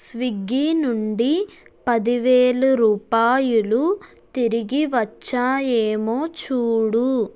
Swiggy నుండి పది వేల రూపాయలు తిరిగివచ్చాయేమో చూడు